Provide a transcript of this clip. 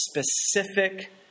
specific